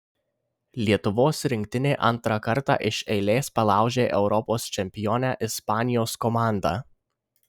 lietuvos rinktinė antrą kartą iš eilės palaužė europos čempionę ispanijos komandą